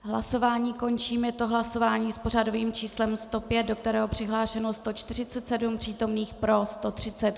Hlasování končím, je to hlasování s pořadovým číslem 105, do kterého je přihlášeno 147 přítomných, pro 130.